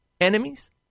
enemies